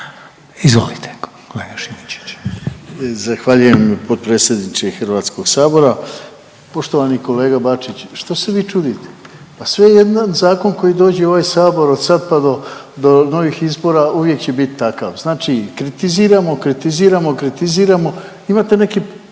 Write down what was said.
Izvolite kolega Šimičević.